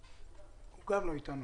הוא גם לא אתנו.